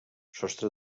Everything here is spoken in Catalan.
sostre